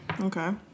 Okay